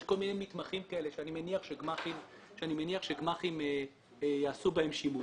יש כל מיני מתמחים כאלה שאני מניח שגמ"חים יעשו בהם שימוש.